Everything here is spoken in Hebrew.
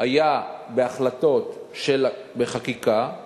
היה בהחלטות שבחקיקה,